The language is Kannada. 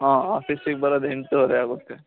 ಹಾಂ ಆಫೀಸಿಗೆ ಬರೋದ್ ಎಂಟೂವರೆ ಆಗುತ್ತೆ